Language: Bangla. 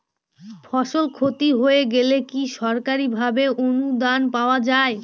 ফসল ক্ষতি হয়ে গেলে কি সরকারি ভাবে অনুদান পাওয়া য়ায়?